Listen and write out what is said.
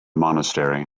monastery